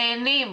נהנים.